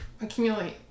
accumulate